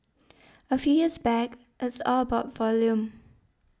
a few years back it's all about volume